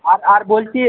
আর আর বলছি